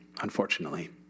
unfortunately